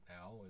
now